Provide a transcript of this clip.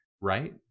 right